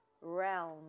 realm